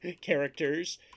characters